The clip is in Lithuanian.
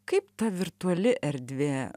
kaip ta virtuali erdvė